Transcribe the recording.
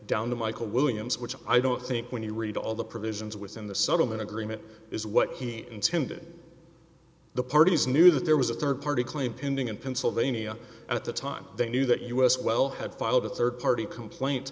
down the michael williams which i don't think when you read all the provisions within the settlement agreement is what he intended the parties knew that there was a third party claim pending in pennsylvania at the time they knew that us well had filed a third party complaint